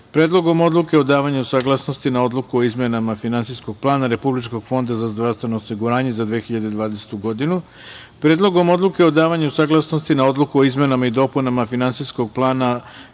Predlogom odluke o davanju saglasnosti na Odluku o izmenama Finansijskog plana Republičkog fonda za zdravstveno osiguranje za 2020. godinu, Predlogom odluke o davanju saglasnosti na Odluku o izmenama i dopunama Finansijskog plana